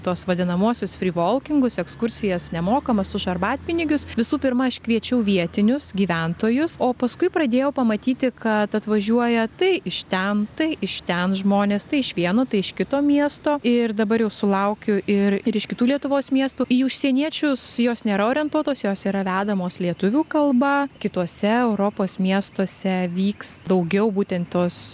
tuos vadinamuosius fri volkingus ekskursijas nemokamas už arbatpinigius visų pirma aš kviečiau vietinius gyventojus o paskui pradėjau pamatyti kad atvažiuoja tai iš ten tai iš ten žmonės tai iš vieno tai iš kito miesto ir dabar jau sulaukiu ir ir iš kitų lietuvos miestų į užsieniečius jos nėra orientuotos jos yra vedamos lietuvių kalba kituose europos miestuose vyks daugiau būtent tos